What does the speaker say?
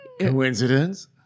Coincidence